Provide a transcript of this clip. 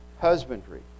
husbandry